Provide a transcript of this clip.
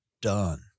done